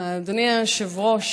אדוני היושב-ראש,